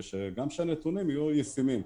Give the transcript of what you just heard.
וגם שהנתונים יהיו ישימים.